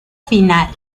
final